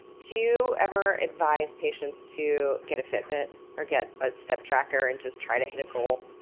do you ever advise patients to get a fitbit or get a step tracker and just try to hit a goal?